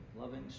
loving